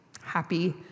Happy